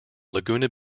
laguna